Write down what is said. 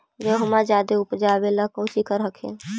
गेहुमा जायदे उपजाबे ला कौची कर हखिन?